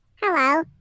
Hello